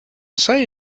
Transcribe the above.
say